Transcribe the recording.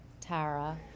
tara